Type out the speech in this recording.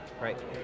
Right